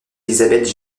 elizabeth